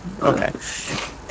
Okay